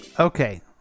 Okay